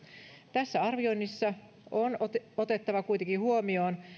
tässä arvioinnissa on otettava kuitenkin huomioon